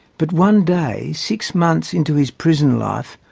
but, one day, six months into his prison life,